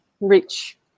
rich